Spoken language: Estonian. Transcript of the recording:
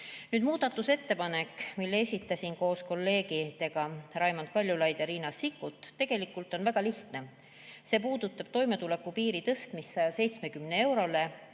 Muudatusettepanek, mille esitasin koos kolleegide Raimond Kaljulaidi ja Riina Sikkutiga, on väga lihtne. See puudutab toimetulekupiiri tõstmist 170 eurole